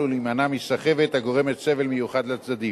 ולהימנע מסחבת הגורמת סבל מיוחד לצדדים.